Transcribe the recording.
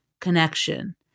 connection